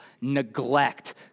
neglect